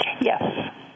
Yes